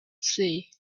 see